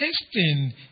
testing